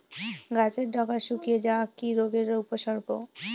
গাছের ডগা শুকিয়ে যাওয়া কি রোগের উপসর্গ?